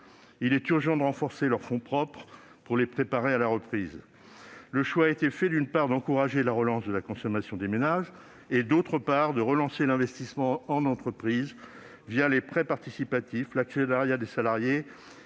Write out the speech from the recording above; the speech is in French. Il est urgent de renforcer leurs fonds propres pour les préparer à la reprise. Le choix a été fait, d'une part, d'encourager la relance de la consommation des ménages, d'autre part, de relancer l'investissement en entreprise les prêts participatifs et l'actionnariat des salariés,